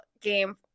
game